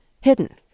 hidden